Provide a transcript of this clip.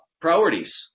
priorities